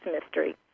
Mystery